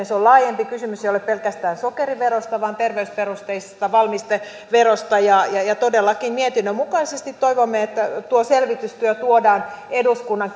se on laajempi kysymys kysymys ei ole pelkästään sokeriverosta vaan terveysperusteisesta valmisteverosta ja ja todellakin mietinnön mukaisesti toivomme että tuo selvitystyö tuodaan eduskunnan